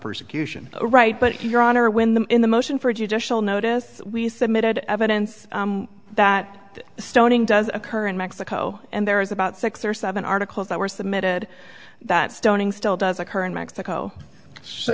persecution right but your honor when the in the motion for judicial notice we submitted evidence that stoning does occur in mexico and there is about six or seven articles that were submitted that stoning still does occur in mexico so